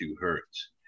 hertz